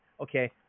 Okay